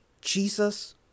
Jesus